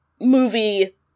movie